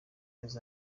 les